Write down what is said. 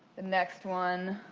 the next one,